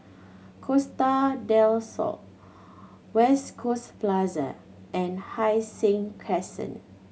Costa Del Sol West Coast Plaza and Hai Sing Crescent